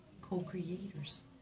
co-creators